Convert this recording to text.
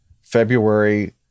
February